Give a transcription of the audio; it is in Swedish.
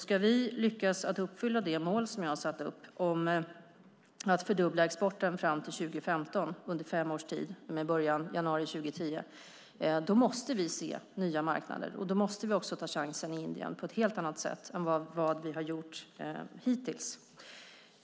Ska vi lyckas uppfylla det mål som jag har satt upp om att fördubbla exporten fram till 2015, under fem års tid med början i januari 2010, då måste vi se nya marknader, och då måste vi också ta chansen i Indien på ett helt annat sätt än vad vi har gjort hittills.